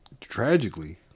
Tragically